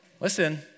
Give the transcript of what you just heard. Listen